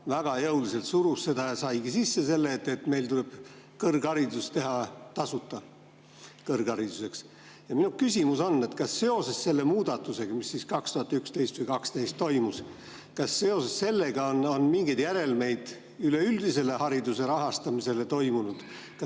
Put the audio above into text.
väga jõuliselt surus seda ja saigi sisse selle, et meil tuleb kõrgharidus teha tasuta kõrghariduseks. Ja minu küsimus on: kas seoses selle muudatusega, mis 2011 või 2012 toimus, on mingeid järelmeid üleüldisele hariduse rahastamisele toimunud?